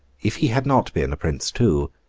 if he had not been a prince too,